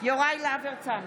יוראי להב הרצנו,